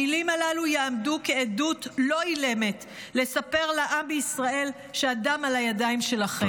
המילים הללו יעמדו כעדות לא אילמת לספר לעם בישראל שהדם על הידיים שלכם.